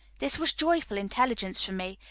this was joyful intelligence for me,